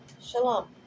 shalom